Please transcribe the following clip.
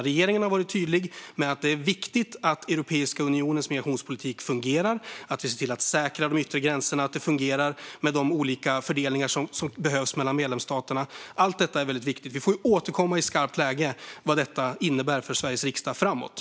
Regeringen har varit tydlig med att det är viktigt att Europeiska unionens migrationspolitik fungerar, att vi ser till att de yttre gränserna säkras och att de olika fördelningar som behövs mellan medlemsstaterna fungerar. Allt detta är viktigt. Vi får återkomma i skarpt läge om vad detta innebär för Sveriges riksdag framöver.